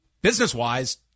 business-wise